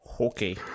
Okay